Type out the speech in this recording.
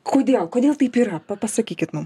kodėl kodėl taip yra pasakykit mum